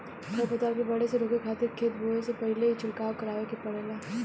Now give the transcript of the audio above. खर पतवार के बढ़े से रोके खातिर खेत बोए से पहिल ही छिड़काव करावे के पड़ेला